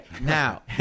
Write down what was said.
Now